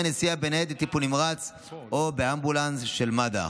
נסיעה בניידת טיפול נמרץ או באמבולנס של מד"א.